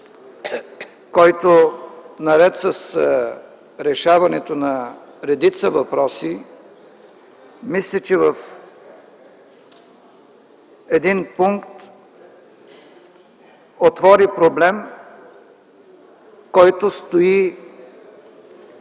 който наред с решаването на редица въпроси, в един пункт отвори проблем, който стои